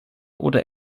oder